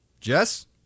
jess